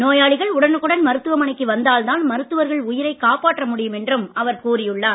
நோயாளிகள் உடனுக்குடன் மருத்துவமனைக்கு வந்தால் தான் மருத்துவர்கள் உயிரை காப்பாற்ற முடியும் என்றும் அவர் கூறி உள்ளார்